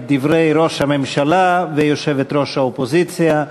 את דברי ראש הממשלה ויושבת-ראש האופוזיציה.